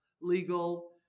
legal